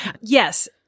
Yes